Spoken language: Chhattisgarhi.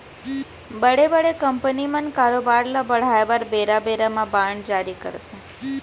बड़े बड़े कंपनी मन कारोबार ल बढ़ाय बर बेरा बेरा म बांड जारी करथे